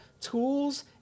tools